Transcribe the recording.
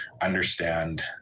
understand